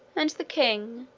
and the king,